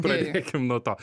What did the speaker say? pradėkim nuo to